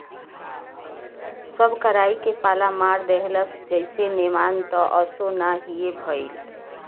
सब कराई के पाला मार देहलस जईसे नेवान त असो ना हीए भईल